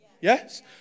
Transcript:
Yes